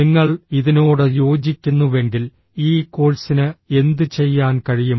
നിങ്ങൾ ഇതിനോട് യോജിക്കുന്നുവെങ്കിൽ ഈ കോഴ്സിന് എന്തുചെയ്യാൻ കഴിയും